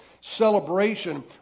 celebration